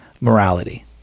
morality